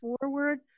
forward